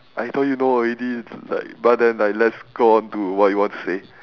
I thought you know already like but then like let's go on to what you want to say